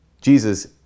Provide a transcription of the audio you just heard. Jesus